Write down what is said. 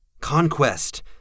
Conquest